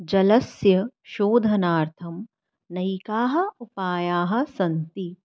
जलस्य शोधनार्थं नैकाः उपायाः सन्ति